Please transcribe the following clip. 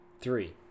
Three